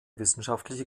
wissenschaftliche